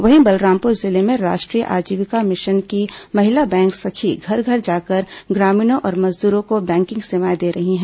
वहीं बलरामपुर जिले में राष्ट्रीय आजीविका मिशन की महिला बैंक सखी घर घर जाकर ग्रामीणों और मजदूरों को बैंकिंग सेवाएं दे रही हैं